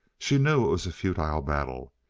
she knew it was a futile battle.